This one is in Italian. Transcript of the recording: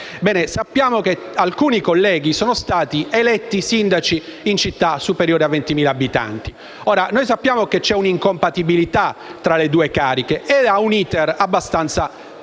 sappiamo che alcuni colleghi sono stati eletti sindaci in città con più di 20.000 abitanti. Sappiamo che c'è un'incompatibilità tra le due cariche, che prevede un *iter* abbastanza lungo